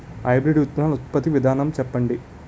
Hybrid విత్తనాలు ఉత్పత్తి విధానం చెప్పండి?